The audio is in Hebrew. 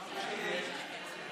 אני מוסיף אותך.